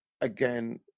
again